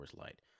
Light